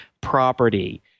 property